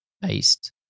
based